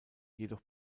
jedoch